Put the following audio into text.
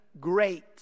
great